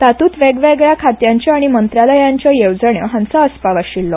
तातूंत वेगवेगळ्या खात्यांच्यो आऩी मंत्रालयांच्यो येवजण्यो हांचो आसपाव आशिल्लो